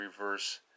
reverse